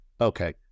Okay